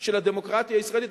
של הדמוקרטיה הישראלית,